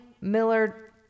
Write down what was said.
Miller